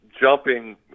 jumping